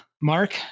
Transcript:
Mark